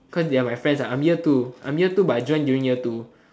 cause of they're my friends ah I'm year two I'm year two but I join during year two